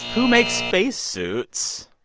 who makes spacesuits?